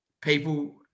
people